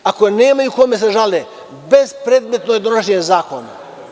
Ako nemaju kome da se žale, bespredmetno je donošenje zakona.